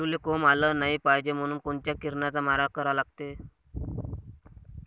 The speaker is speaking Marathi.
आलूले कोंब आलं नाई पायजे म्हनून कोनच्या किरनाचा मारा करा लागते?